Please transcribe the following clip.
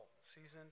seasoned